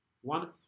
One